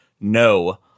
no